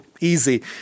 easy